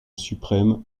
suprême